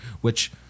which